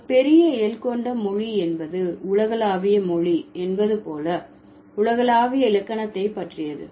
ஒரு பெரிய L கொண்ட மொழி என்பது உலகளாவிய மொழி என்பது போல உலகளாவிய இலக்கணத்தை பற்றியது